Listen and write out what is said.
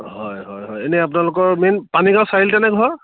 হয় হয় হয় এনেই আপোনালোকৰ মেইন পানীগাঁও চাৰিআলিতেনে ঘৰ